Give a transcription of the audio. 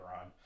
on